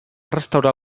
restaurar